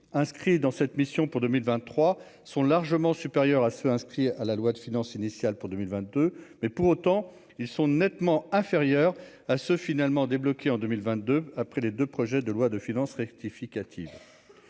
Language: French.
inscrits dans cette mission pour 2023 sont largement supérieurs à ceux inscrits à la loi de finances initiale pour 2022, mais pour autant, ils sont nettement inférieurs à ceux, finalement débloqué en 2022 après les 2 projets de loi de finances rectificative